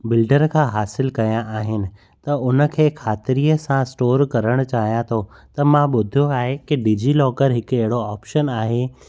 builder खां हासिलु कया आहिनि त उनखे ख़ातिरीअ सां स्टोर करणु चाहियां थो त मां ॿुधियो आहे कि डिजी लॉकर हिकु अहिड़ो ऑप्शन आहे